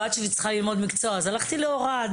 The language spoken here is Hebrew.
הבת שלי צריכה ללמוד מקצוע" אז הלכתי להוראה.